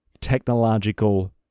technological